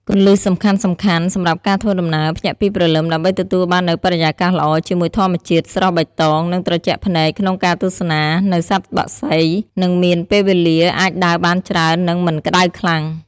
គន្លឹះសំខាន់ៗសម្រាប់ការធ្វើដំណើរភ្ញាក់ពីព្រលឹមដើម្បីទទួលបាននៅបរិយាកាសល្អជាមួយធម្មជាតិស្រស់បៃតងនិងត្រជាក់ភ្នែកក្នុងការទស្សនានៅសត្វបក្សីនិងមានពេលវេលាអាចដើរបានច្រើននិងមិនក្តៅខ្លាំង។